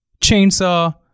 Chainsaw